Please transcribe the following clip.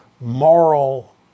moral